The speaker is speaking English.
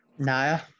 Naya